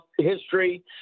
history